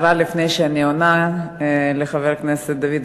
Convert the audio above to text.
הערה לפני שאני עונה לחבר הכנסת דוד אזולאי.